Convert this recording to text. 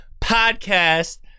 podcast